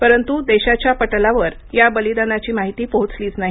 परंतु देशाच्या पटलावर या बलिदानाची माहिती पोहोचलीच नाही